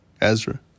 Ezra